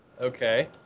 Okay